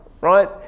right